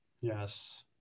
Yes